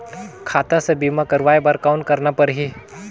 खाता से बीमा करवाय बर कौन करना परही?